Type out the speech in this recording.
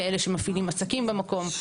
כאלה שמפעילים עסקים במקום,